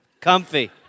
Comfy